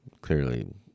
clearly